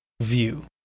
view